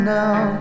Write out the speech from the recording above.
now